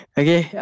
okay